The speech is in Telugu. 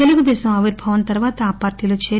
తెలుగుదేశం ఆవిర్భావం తర్వాత ఆ పార్టీలో చేరి